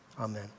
amen